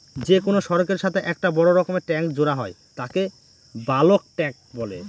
যে কোনো সড়কের সাথে একটা বড় রকমের ট্যাংক জোড়া হয় তাকে বালক ট্যাঁক বলে